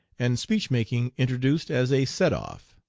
and speech-making introduced as a set off.